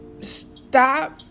stop